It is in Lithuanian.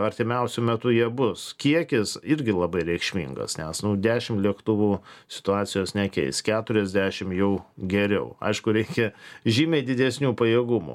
artimiausiu metu jie bus kiekis irgi labai reikšmingas nes nu dešim lėktuvų situacijos nekeis keturiasdešim jau geriau aišku reikia žymiai didesnių pajėgumų